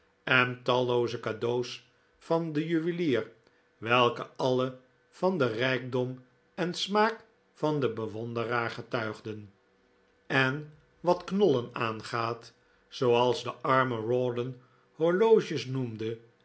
en tallooze cadeaux van den juwelier welke alle van den rijkdom en smaak van den bewonderaar getuigden en wat knollen aangaat zooals de arme rawdon horloges noemde